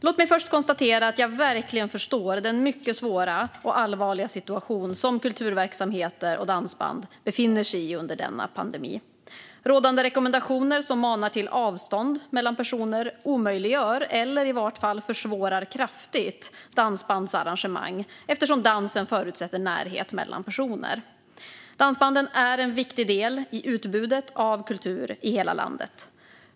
Låt mig först konstatera att jag verkligen förstår den mycket svåra och allvarliga situation som kulturverksamheter och dansband befinner sig i under denna pandemi. Rådande rekommendationer som manar till avstånd mellan personer omöjliggör eller i vart fall försvårar kraftigt dansbandsarrangemang, eftersom dansen förutsätter närhet mellan personer. Dansbanden är en viktig del i utbudet av kultur i hela landet.